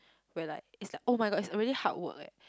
where like is like [oh]-my-god is a really hard work eh